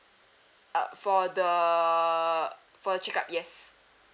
uh for the for checkup yes